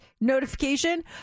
notification